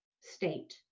state